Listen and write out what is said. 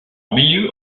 milieu